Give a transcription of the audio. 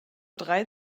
drei